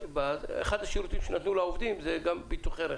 ואחד השירותים שנתנו לעובדים זה היה גם ביטוחי רכב.